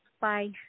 Bye